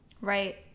Right